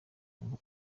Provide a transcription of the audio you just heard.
ngo